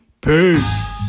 Peace